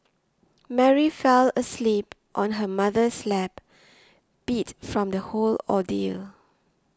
Mary fell asleep on her mother's lap beat from the whole ordeal